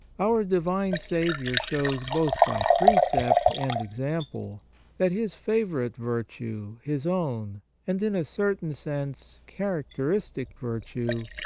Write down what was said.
our divine saviour shows both by precept and example that his favourite virtue, his own and, in a certain sense, characteristic virtue,